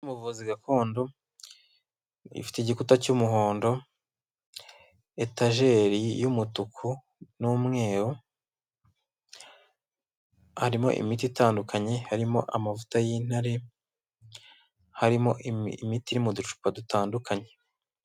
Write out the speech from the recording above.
Ubuvuzi gakondo ifite igikuta cy'umuhondo etajeri y'umutuku n'umweru. Harimo imiti itandukanye, harimo amavuta y'intare. Harimo imiti iri mu ducupa dutandukanye.